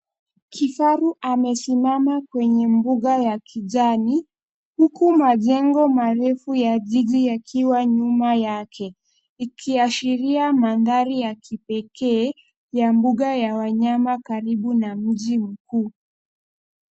Kifaru amesimama kwenye mbuga ya kijani, huku majengo marefu ya jiji ikiwa nyuma yake ikiashiria mandari ya kipekee ya mbuga ya wanyama karibu na mji mkuu.